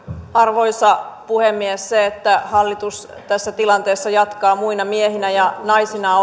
arvoisa puhemies se että hallitus tässä tilanteessa jatkaa muina miehinä ja naisina